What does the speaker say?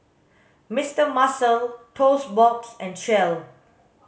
Mister Muscle Toast Box and Shell